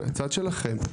מהצד שלכם,